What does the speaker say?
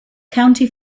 county